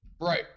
Right